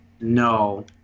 No